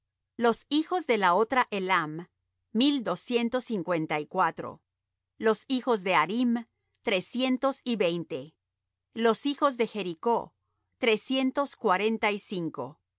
los hijos de la otra elam mil doscientos cincuenta y cuatro los hijos de harim trescientos y veinte los hijos de jericó trescientos cuarenta y cinco